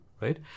right